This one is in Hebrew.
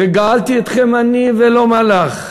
וגאלתי אתכם, אני ולא מלאך,